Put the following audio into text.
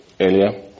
earlier